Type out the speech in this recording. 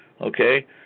Okay